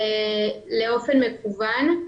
באופן מקוון.